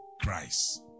Christ